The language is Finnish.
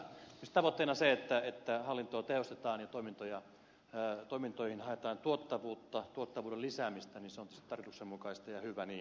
jos tavoitteena on se että hallintoa tehostetaan ja toimintoihin haetaan tuottavuutta tuottavuuden lisäämistä niin se on tietysti tarkoituksenmukaista ja hyvä niin